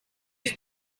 have